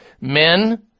men